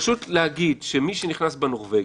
פשוט להגיד שמי שנכנס בנורבגי,